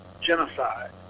genocide